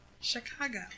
Chicago